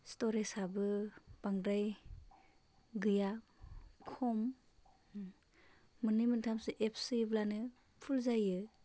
स्ट'रेजाबो बांद्राय गैया खम मोननै मोनथामसो एप सोयोब्लानो फुल जायो